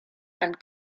and